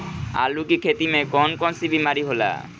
आलू की खेती में कौन कौन सी बीमारी होला?